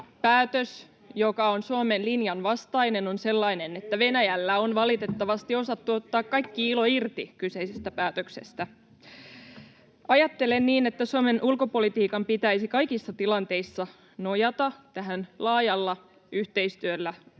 [Perussuomalaisten ryhmästä: Ei ole!] on sellainen, että Venäjällä on valitettavasti osattu ottaa kaikki ilo irti kyseisestä päätöksestä. Ajattelen niin, että Suomen ulkopolitiikan pitäisi kaikissa tilanteissa nojata tähän laajalla yhteistyöllä